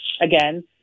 again